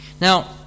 Now